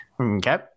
Okay